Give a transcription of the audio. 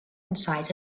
inside